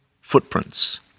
Footprints